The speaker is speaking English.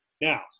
Now